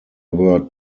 were